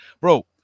Bro